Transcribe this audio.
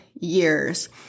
years